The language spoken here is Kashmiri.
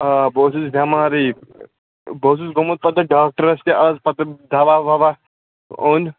آ بہٕ اوسُس بٮ۪مارٕے بہٕ اوسُس گوٚمُت پَتہٕ ڈاکٹَرس تہِ آز پَتہٕ دوا وَوا اوٚن